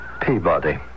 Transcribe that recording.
Peabody